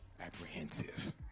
apprehensive